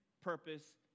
purpose